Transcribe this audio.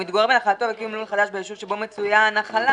"הוא מתגורר בנחלתו ויקים לול חדש ביישוב שבו מצויה הנחלה",